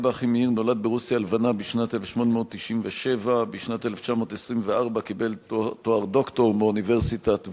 אב"א אחימאיר נולד ברוסיה הלבנה בשנת 1897. בשנת 1924 קיבל תואר דוקטור מאוניברסיטת וינה.